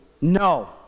no